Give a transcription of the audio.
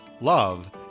Love